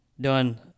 done